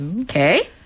Okay